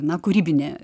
na kūrybinė